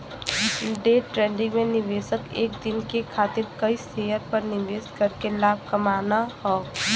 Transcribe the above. day trading में निवेशक एक दिन के खातिर कई शेयर पर निवेश करके लाभ कमाना हौ